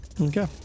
Okay